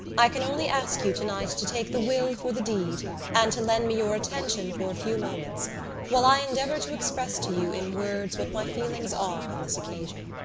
i can only ask you tonight to take the will for the deed and to lend me your attention for a few moments while i endeavour to express to you in words what my feelings are on this occasion.